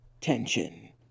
tension